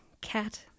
cat